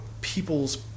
people's